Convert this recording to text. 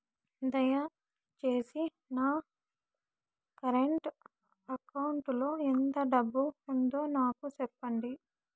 దయచేసి నా current account లో ఎంత డబ్బు ఉందో నాకు సెప్పండి